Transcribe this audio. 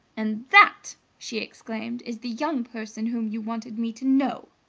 and that, she exclaimed, is the young person whom you wanted me to know!